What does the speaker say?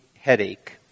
headache